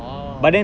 orh